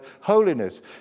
holiness